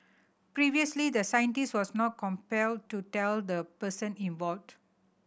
previously the scientist was not compelled to tell the person involved